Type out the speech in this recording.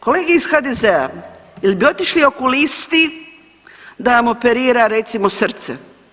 Kolege iz HDZ-a jel bi otišli okulisti da vam operira recimo srce?